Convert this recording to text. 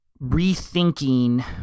rethinking